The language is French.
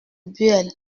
bueil